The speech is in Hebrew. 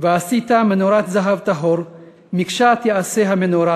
"ועשית מנֹרַת זהב טהור מקשה תֵעשה המנורה